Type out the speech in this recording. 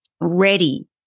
ready